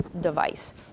device